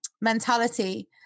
mentality